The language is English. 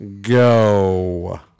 Go